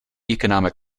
economic